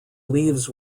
leaves